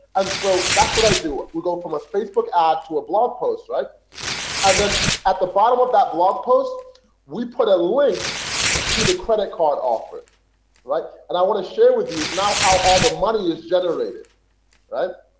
and so that's what i do it we're going from a facebook ad to a blog post right and then at the bottom of that blog post we put a link to the credit card offering right, and i want to share with you now how all the money is generated right?